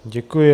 Děkuji.